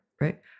right